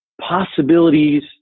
possibilities